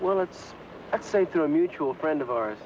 well let's say through a mutual friend of ours